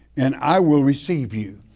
and i will receive you.